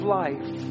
life